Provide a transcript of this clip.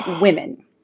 women